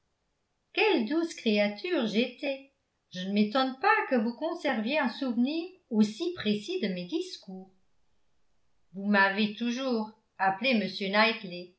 quelle douce créature j'étais je ne m'étonne pas que vous conserviez un souvenir aussi précis de mes discours vous m'avez toujours appelé